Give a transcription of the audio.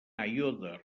aiòder